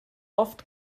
oft